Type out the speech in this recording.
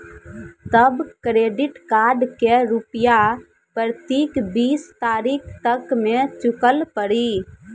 तब credit card के रूपिया प्रतीक बीस तारीख तक मे चुकल पड़ी?